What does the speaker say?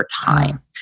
time